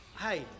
hey